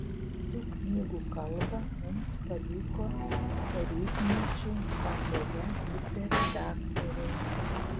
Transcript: tų knygų kalbą mums paliko tarybmečiu vagoje dirbę redaktoriai